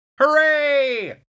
Hooray